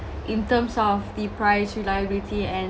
in terms of the price reliability and